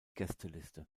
gästeliste